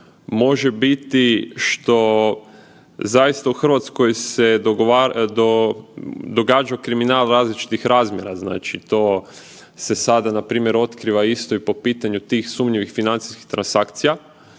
može biti što zaista u Hrvatskoj se događa kriminal različitih razmjera, znači to se sada npr. otkriva isto i o pitanju tih sumnjivih financijskih transakcija.